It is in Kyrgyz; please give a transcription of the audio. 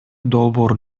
долбоор